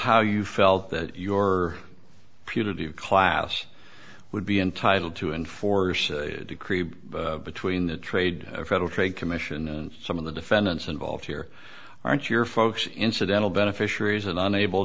how you felt that your putative class would be entitled to enforce a decree between the trade a federal trade commission and some of the defendants involved here aren't your folks incidental beneficiaries and unable